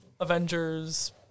avengers